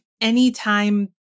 anytime